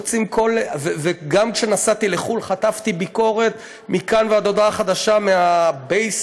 וגם כשנסעתי לחו"ל חטפתי ביקורת מכאן ועד הודעה חדשה מה-base,